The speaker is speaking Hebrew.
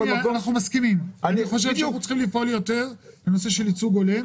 אני חושב שאנחנו צריכים לפעול יותר בנושא של ייצוג הולם.